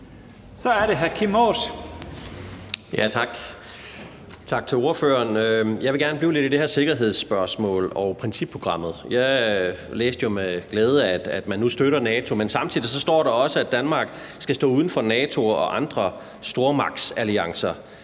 Kl. 17:49 Kim Aas (S): Tak. Tak til ordføreren. Jeg vil gerne blive lidt ved det her sikkerhedsspørgsmål og principprogrammet. Jeg læste jo med glæde, at man nu støtter NATO, men samtidig står der også, at Danmark skal stå uden for NATO og andre stormagtsalliancer.